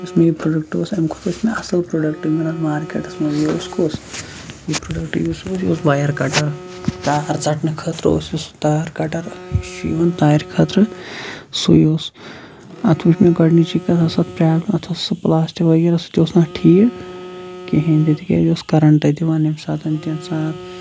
یُس مےٚ یہِ پروڈَکٹ اوس امہِ کھۄتہٕ ٲسۍ مےٚ اصٕل پروڈکٹ مِلان مارکیٚٹس منٛز یہِ اوس کُس یہِ پروڈکٹ یُس اوس یہِ اوس وایر کَٹر تار ژَٹنہِ خٲطرٕ اوس یہِ سُہ تار کَٹر یہِ چھُ یِمن تارٕ خٲطرٕ سُے اوس اتھ وچھ مےٚ گۄڈٕنیٚچی کَتھ ٲس اتھ پرابلِم اتھ ٲسۍ سۄ پَلاسٹک وَغیرہ سُہ تہِ اوس نہٕ اتھ ٹھیٖک کہیٖنۍ تکیازٕ یہِ اوس کَرَنٹ دِوان ییٚمہِ ساتہٕ تہِ اِنسان اتھ